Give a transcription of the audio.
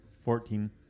Fourteen